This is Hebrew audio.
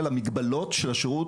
על המגבלות של השירות